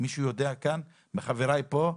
מישהו יודע מחבריי פה?